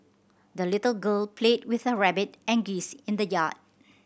the little girl played with her rabbit and geese in the yard